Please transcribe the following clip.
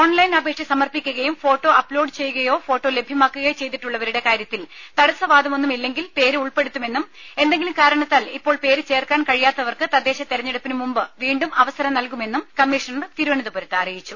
online അപേക്ഷ സമർപ്പിക്കുകയും photo upload ചെയ്യുകയോ ഫോട്ടോ ല്യമാക്കുകയോ ചെയ്തിട്ടുള്ളവരുടെ കാര്യത്തിൽ തടസ്സവാദമൊന്നും ഇല്ലെങ്കിൽ പേര് ഉൾപ്പെടുത്തുമെന്നും എന്തെങ്കിലും കാരണത്താൽ ഇപ്പോൾ പേര് ചേർക്കാൻ കഴിയാത്തവർക്ക് തദ്ദേശ തിരഞ്ഞെടുപ്പിന് മുമ്പ് വീണ്ടും അവസരം നൽകുമെന്നും കമ്മീഷണർ തിരുവനന്തപുരത്ത് അറിയിച്ചു